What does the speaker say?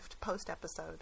post-episode